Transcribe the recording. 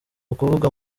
ukuvuga